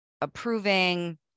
approving